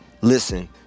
listen